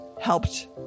helped